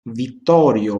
vittorio